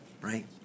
right